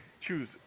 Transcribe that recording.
Choose